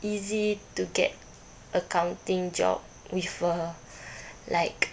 easy to get accounting job with uh like